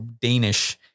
danish